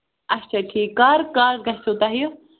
اَچھا ٹھیٖک کر کر گژھوٕ تۄہہِ